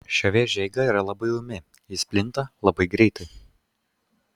šio vėžio eiga yra labai ūmi jis plinta labai greitai